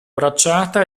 bracciata